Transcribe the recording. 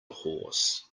horse